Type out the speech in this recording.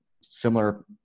similar